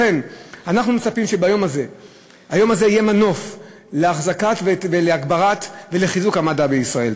לכן אנחנו מצפים שהיום הזה יהיה מנוף להגברה ולחיזוק של המדע בישראל.